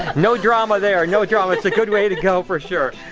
no drama there, no drama, it's a good way to go for sure.